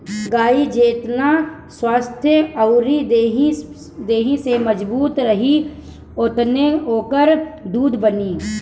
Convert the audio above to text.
गाई जेतना स्वस्थ्य अउरी देहि से मजबूत रही ओतने ओकरा दूध बनी